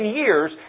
years